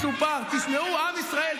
חבר הכנסת בליאק.